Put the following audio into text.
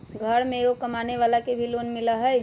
घर में एगो कमानेवाला के भी लोन मिलहई?